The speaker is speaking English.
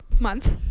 month